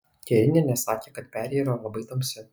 kerinienė sakė kad perėja yra labai tamsi